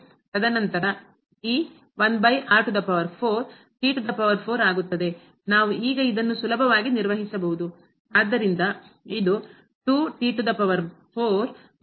ತದನಂತರ ಈ ಆಗುತ್ತದೆ ನಾವು ಈಗ ಇದನ್ನು ಸುಲಭವಾಗಿ ನಿರ್ವಹಿಸಬಹುದು ಆದ್ದರಿಂದ ಇದು ಮತ್ತು